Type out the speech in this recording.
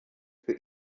für